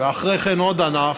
ואחרי כן עוד ענף,